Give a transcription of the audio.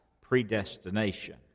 predestination